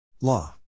Law